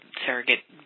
surrogate